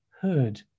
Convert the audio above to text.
heard